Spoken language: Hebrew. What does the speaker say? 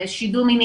שידול מיני.